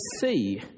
see